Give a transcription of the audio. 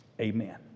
amen